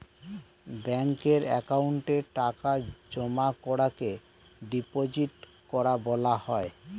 ব্যাঙ্কের অ্যাকাউন্টে টাকা জমা করাকে ডিপোজিট করা বলা হয়